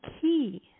key